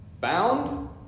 Bound